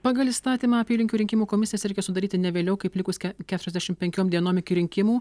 pagal įstatymą apylinkių rinkimų komisijas reikia sudaryti ne vėliau kaip likus ke keturiasdešim penkiom dienom iki rinkimų